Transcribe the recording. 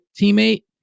teammate